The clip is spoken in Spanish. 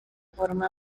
forma